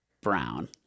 brown